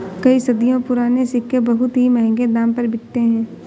कई सदियों पुराने सिक्के बहुत ही महंगे दाम पर बिकते है